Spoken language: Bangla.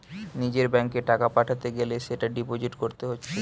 নিজের ব্যাংকে টাকা পাঠাতে গ্যালে সেটা ডিপোজিট কোরতে হচ্ছে